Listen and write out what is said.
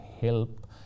help